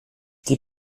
die